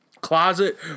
closet